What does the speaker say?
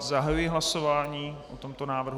Zahajuji hlasování o tomto návrhu.